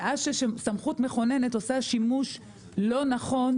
שעה שסמכות מכוננת עושה שימוש לא נכון